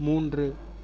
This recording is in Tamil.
மூன்று